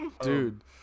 Dude